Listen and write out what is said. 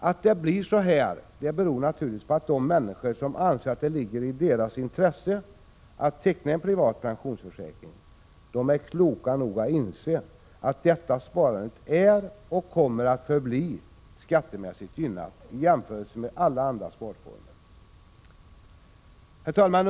Att det blir så här beror naturligtvis på att de människor som anser att det ligger i deras intresse att teckna en privat pensionsförsäkring är kloka nog att inse att detta sparande är och kommer att förbli skattemässigt gynnat i jämförelse med alla andra sparformer. Herr talman!